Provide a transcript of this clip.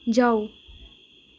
जाऊ